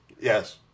Yes